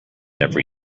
every